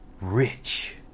rich